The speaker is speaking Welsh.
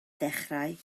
ddechrau